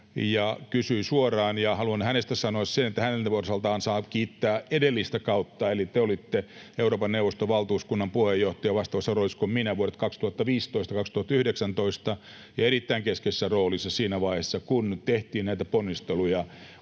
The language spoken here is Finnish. haluan hänestä sanoa sen, että hänen osaltaan saa kiittää edellistä kautta, eli te olitte vuodet 2015—2019 Euroopan neuvoston valtuuskunnan puheenjohtajana vastaavassa roolissa kuin minä ja erittäin keskeisessä roolissa siinä vaiheessa, kun tehtiin näitä ponnisteluja